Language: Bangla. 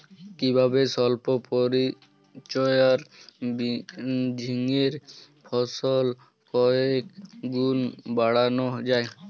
কিভাবে সল্প পরিচর্যায় ঝিঙ্গের ফলন কয়েক গুণ বাড়ানো যায়?